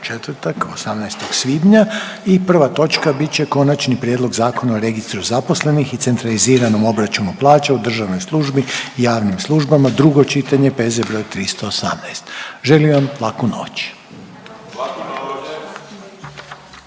četvrtak 18. svibnja i prva točka bit će Konačni prijedlog Zakona o Registru zaposlenih i centraliziranom obračunu plaća u državnoj službi i javnim službama, drugo čitanje, P.Z. broj 318. Želim vam laku noć.